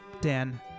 Dan